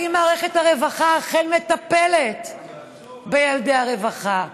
האם מערכת הרווחה אכן מטפלת בילדי הרווחה,